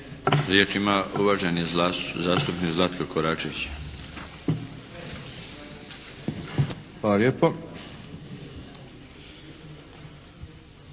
Riječ ima uvaženi zastupnik Zlatko Koračević.